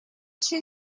two